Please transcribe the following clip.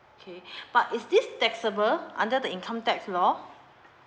okay but is this taxable under the income tax law